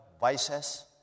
vices